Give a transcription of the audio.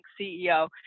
CEO